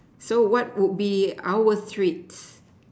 so what would be our treats